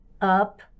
up